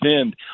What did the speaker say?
end